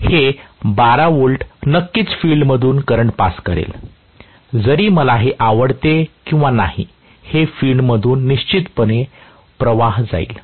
हे 12 V नक्कीच field मधून करंट पास करेल जरी मला हे आवडते किंवा नाही हे फिल्ड मधून निश्चितपणे प्रवाह जाईल